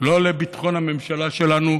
לא לביטחון הממשלה שלנו,